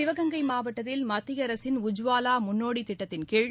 சிவகங்கை மாவட்டத்தில் மத்திய அரசின் உஜ்வாவா முன்னோடி திட்டத்தின் கீழ்